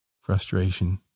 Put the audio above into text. frustration